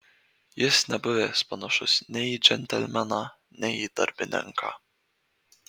jis nebuvęs panašus nei į džentelmeną nei į darbininką